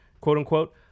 quote-unquote